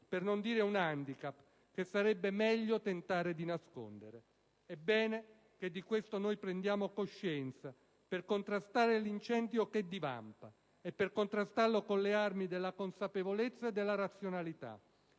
per non dire un *handicap* che sarebbe meglio tentare di nascondere». È bene che di questo noi prendiamo coscienza per contrastare l'incendio che divampa, con le armi della consapevolezza e della razionalità.